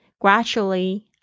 gradually